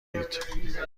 دید